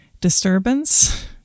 disturbance